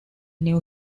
new